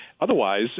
Otherwise